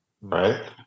right